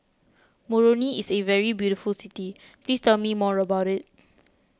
Moroni is a very beautiful city please tell me more about it